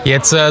Jetzt